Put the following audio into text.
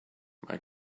mae